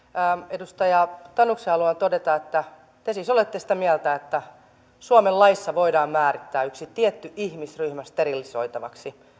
edustaja tanukselle haluan todeta että te siis olette sitä mieltä että suomen laissa voidaan määrittää yksi tietty ihmisryhmä sterilisoitavaksi